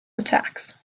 attacks